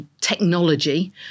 technology